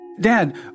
Dad